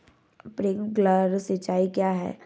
Sprinkler सिंचाई क्या है?